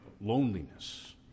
loneliness